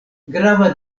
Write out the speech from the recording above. grava